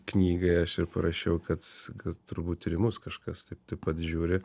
knygai aš ir parašiau kad turbūt ir į mus kažkas taip taip pat žiūri